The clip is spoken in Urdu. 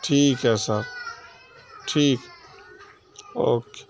ٹھیک ہے سر ٹھیک اوکے